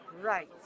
right